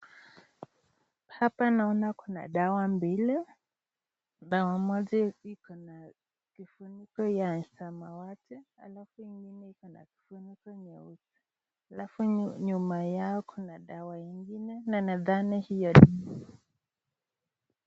Hapa naona kuna dawa mbili. Dawa moja ina kifuniko ya samawati alafu ingine iko na kifuniko nyeusi. Alafu nyuma yao kuna dawa ingine na nadhani hiyo.